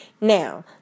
Now